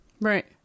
Right